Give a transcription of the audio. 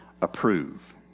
approve